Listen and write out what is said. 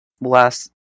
last